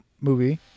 movie